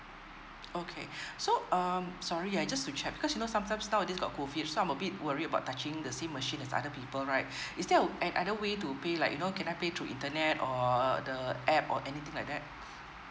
okay so um sorry I just to check because you know sometimes nowadays got COVID so I'm a bit worry about touching the same machine of other people right is there um an either way to pay like you know can I pay through internet or err the app or anything like that